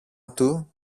του